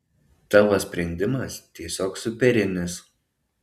tavo sprendimas tiesiog superinis